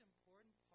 important